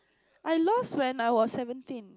I lost when I was seventeen